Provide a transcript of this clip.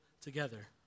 together